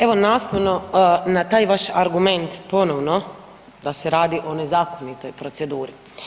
Evo, nastavno na taj vaš argument ponovno da se radi o nezakonitoj proceduri.